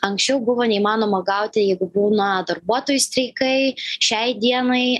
anksčiau buvo neįmanoma gauti jeigu būna darbuotojų streikai šiai dienai